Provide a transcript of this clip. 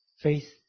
Faith